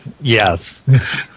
Yes